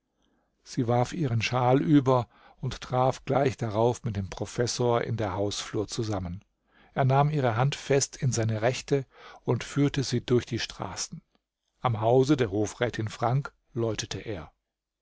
sie warf ihren shawl über und traf gleich darauf mit dem professor in der hausflur zusammen er nahm ihre hand fest in seine rechte und führte sie durch die straßen am hause der hofrätin frank läutete er